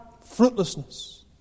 fruitlessness